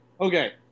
Okay